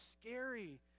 scary